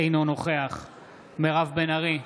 אינו נוכח מירב בן ארי,